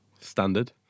Standard